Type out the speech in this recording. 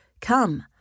Come